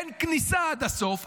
אין כניסה עד הסוף,